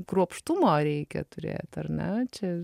kruopštumo reikia turėt ar ne čia